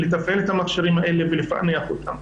לתפעל את המכשירים האלה ובשביל לפענח אותם.